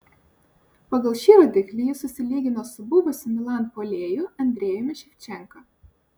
pagal šį rodiklį jis susilygino su buvusiu milan puolėju andrejumi ševčenka